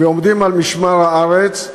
ועומדים על משמר הארץ,